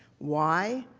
why?